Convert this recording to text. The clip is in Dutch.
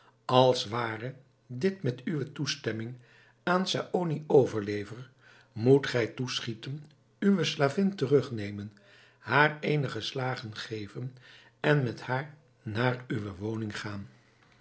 als ware dit met uwe toestemming aan saony overlever moet gij toeschieten uwe slavin terugnemen haar eenige slagen geven en met haar naar uwe woning gaan